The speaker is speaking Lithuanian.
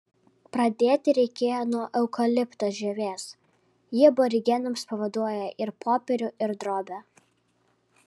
pradėti reikėjo nuo eukalipto žievės ji aborigenams pavaduoja ir popierių ir drobę